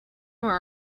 more